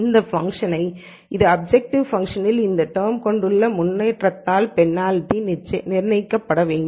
இந்த ஃபங்ஷனை இது அப்ஜெக்டிவ் ஃபங்ஷனின் இந்த டெர்ம் கொண்டுள்ள முன்னேற்றத்தால் பெனால்டி நிர்ணயிக்கப்பட வேண்டும்